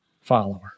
follower